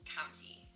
County